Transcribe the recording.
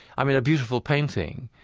i mean, a beautiful painting,